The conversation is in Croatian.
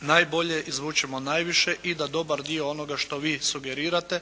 najbolje, izvučemo najviše i da dobar dio onoga što sugerirate,